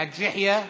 חאג' יחיא,